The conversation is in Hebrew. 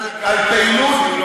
על פעילות פוליטיקאי,